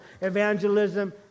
Evangelism